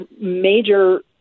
major